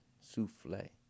Souffle